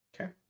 Okay